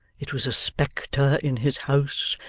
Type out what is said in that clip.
it was a spectre in his house,